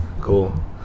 Cool